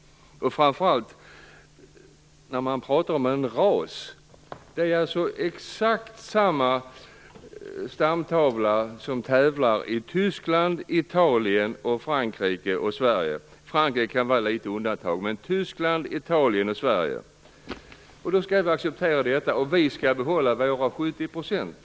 Vad gäller frågan om ras är det hästar med exakt samma stamtavla som tävlar i Tyskland, Italien, Frankrike och Sverige. Frankrike kan utgöra ett litet undantag. Vi skall alltså acceptera detta, och behålla våra 70 %.